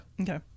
Okay